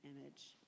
image